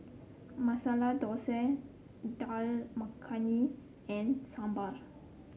Masala Dosa Dal Makhani and Sambar